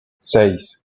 seis